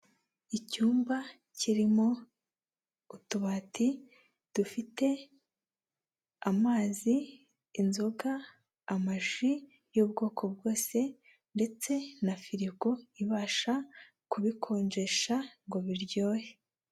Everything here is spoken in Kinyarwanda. Icyumba kirimo utubati dufite amazi, inzoga, amaji y'ubwoko bwose ndetse na firigo ibasha kubikonjesha ngo biryohe.